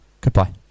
Goodbye